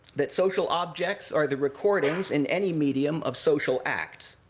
that social objects are the recordings in any medium of social act.